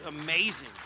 amazing